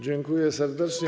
Dziękuję serdecznie.